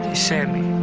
sammy